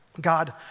God